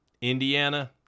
Indiana